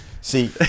See